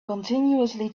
continuously